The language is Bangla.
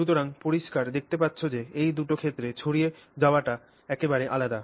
সুতরাং পরিস্কার দেখতে পাচ্ছ যে এই দুটি ক্ষেত্রে ছড়িয়ে যাওয়াটা একেবারে আলাদা